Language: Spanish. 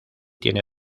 tiene